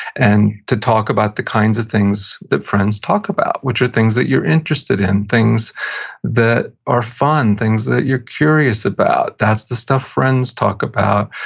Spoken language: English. and to talk about the kinds of things that friends talk about, which are things that you're interested in, things that are fun, things that you're curious about. that's the stuff friends talk about,